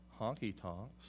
honky-tonks